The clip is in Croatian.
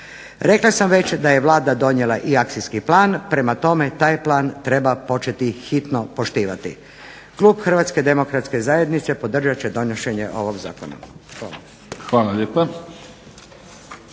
Rekla sam već da je Vlada donijela i akcijski plan. Prema tome, taj plan treba početi hitno poštivati. Klub Hrvatske demokratske zajednice podržat će donošenje ovog zakona.